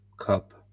cup